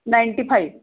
ninety five